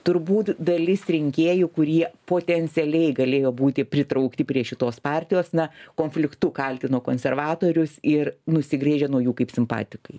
turbūt dalis rinkėjų kurie potencialiai galėjo būti pritraukti prie šitos partijos na konfliktu kaltino konservatorius ir nusigręžė nuo jų kaip simpatikai